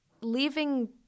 leaving